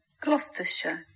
Gloucestershire